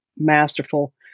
masterful